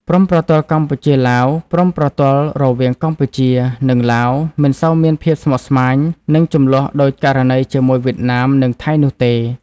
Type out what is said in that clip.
ព្រំប្រទល់កម្ពុជា-ឡាវ ព្រំប្រទល់រវាងកម្ពុជា និងឡាវមិនសូវមានភាពស្មុគស្មាញ និងជម្លោះដូចករណីជាមួយវៀតណាម និងថៃនោះទេ។